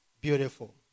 Beautiful